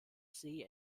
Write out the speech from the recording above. see